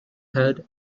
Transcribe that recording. head